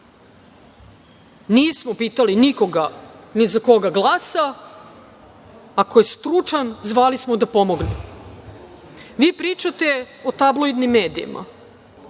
nismo pitali nikoga ni za koga glasa, ako je stručan, zvali smo da pomogne. Vi pričate o tabloidnim medijima.